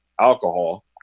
alcohol